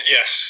Yes